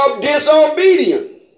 disobedience